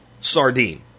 sardine